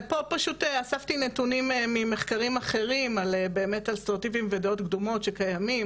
פה אספתי נתונים ממחקרים אחרים על סטריאוטיפים ודעות קדומות שקיימים.